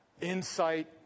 insight